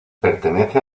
pertenece